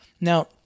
Now